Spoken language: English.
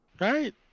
right